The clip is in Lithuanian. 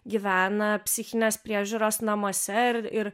gyvena psichinės priežiūros namuose ir ir